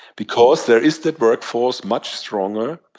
because there is that workforce, much stronger,